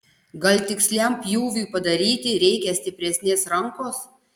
gal tiksliam pjūviui padaryti reikia stipresnės rankos